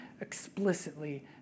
explicitly